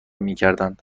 میکردند